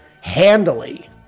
handily